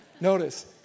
Notice